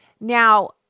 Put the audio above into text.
Now